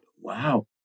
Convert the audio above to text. wow